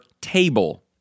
table